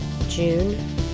June